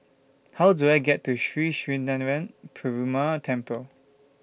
How Do I get to Sri Srinivasa Perumal Temple